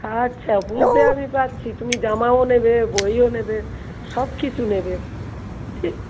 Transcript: আচ্ছা বুঝতে আমি পারছি তুমি জামাও নেবে বইও নেবে সব কিছু নেবে ঠিক